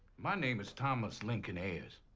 my name is thomas lincoln ayers.